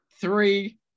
three